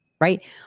right